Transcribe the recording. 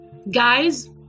Guys